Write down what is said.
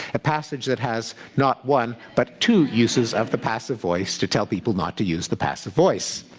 a passage that has not one but two uses of the passive voice to tell people not to use the passive voice.